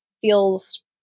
feels